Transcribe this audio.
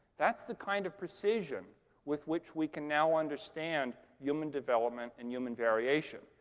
that's the kind of precision with which we can now understand human development and human variation.